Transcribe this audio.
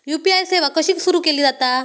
UPI सेवा कशी सुरू केली जाता?